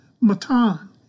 matan